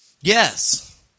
Yes